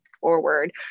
forward